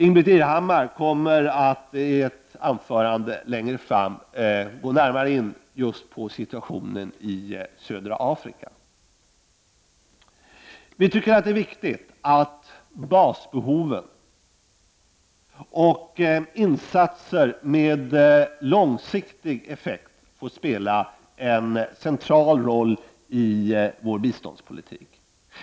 Ingbritt Irhammar kommer i ett anförande litet senare att närmare beröra situationen i södra Afrika. Det är viktigt att basbehoven och insatser som ger effekter på lång sikt får spela en central roll i vår biståndspolitik.